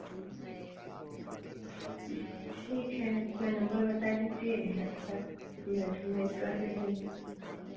ठीक है अपना नम्बर बता दीजिए मैं पेमेंट कर दे रही हूँ